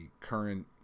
current